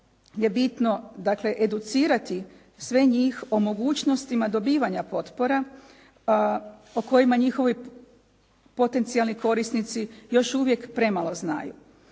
je bitno, dakle educirati sve njih o mogućnostima dobivanja potpora o kojima njihovi potencijalni korisnici još uvijek premalo znaju.